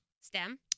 stem